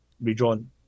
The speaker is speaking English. redrawn